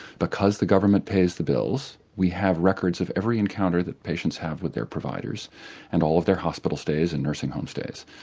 because the government pays the bills, we have records of every encounter that patients have with their providers and all of their hospital stays and nursing home stays.